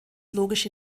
logische